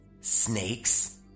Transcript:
Snakes